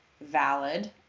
valid